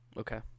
Okay